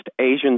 Asian